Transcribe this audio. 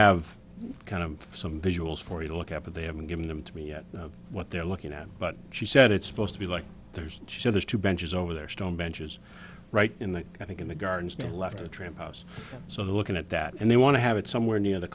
have kind of some visuals for you to look at but they haven't given them to me yet what they're looking at but she said it's supposed to be like there's just a there's two benches over there stone benches right in that i think in the gardens and left a trail house so they're looking at that and they want to have it somewhere near the